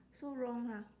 so wrong ha